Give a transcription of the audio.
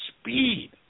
speed